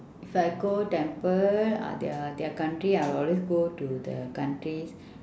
if I go temple ah their their country I always go to the country